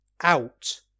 out